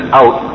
out